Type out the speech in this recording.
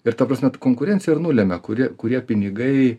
ir ta prasme ta konkurencija ir nulemia kuri kurie pinigai